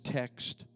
text